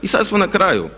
I sada smo na kraju.